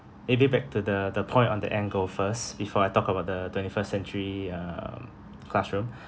maybe back to the the point on the end goal first before I talk about the twenty-first-century um classroom